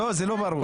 לא, זה לא ברור.